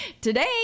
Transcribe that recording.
Today